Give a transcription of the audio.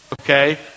Okay